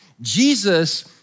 Jesus